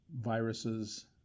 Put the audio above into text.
viruses